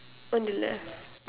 on the left